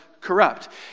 corrupt